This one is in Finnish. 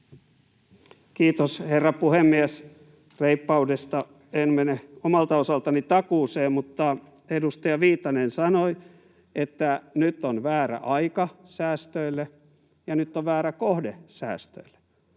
Kiitos, herra puhemies! Reippaudesta en mene omalta osaltani takuuseen. Mutta edustaja Viitanen sanoi, että nyt on väärä aika säästöille ja nyt on väärä kohde säästöille.